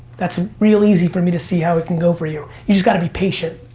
that's real easy for me to see how it can go for you. you just gotta be patient.